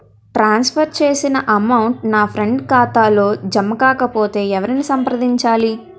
ట్రాన్స్ for చేసిన amount నా friend ఖాతాలో జమ కాకపొతే ఎవరిని సంప్రదించాలి?